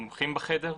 המומחים בחדר,